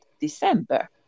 December